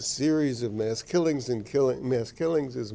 series of mass killings and killing mass killings is